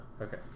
Okay